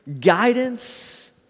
guidance